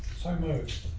so moved.